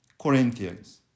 Corinthians